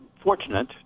fortunate